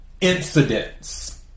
incidents